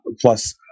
plus